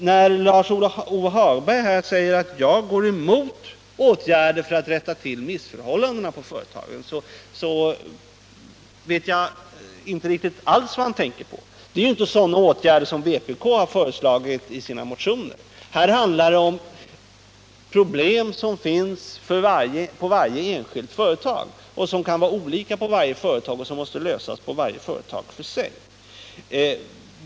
När Lars-Ove Hagberg säger att jag går emot åtgärder för att rätta till missförhållandena på företagen vet jag inte alls vad han tänker på. Det är inte sådana åtgärder som vpk har föreslagit i sina motioner. Här handlar det om 45 problem som finns på varje enskilt företag, som kan vara olika för varje företag och som måste lösas på varje företag för sig.